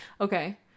okay